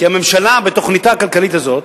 כי הממשלה, בתוכניתה הכלכלית הזאת,